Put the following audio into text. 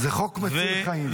זה חוק מציל חיים.